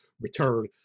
return